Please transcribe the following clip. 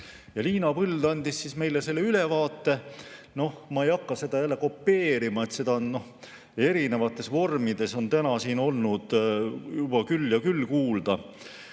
Liina Põld andis meile ülevaate. Ma ei hakka seda kopeerima, seda on erinevates vormides täna siin olnud juba küll ja küll kuulda.